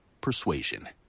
persuasion